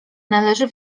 należy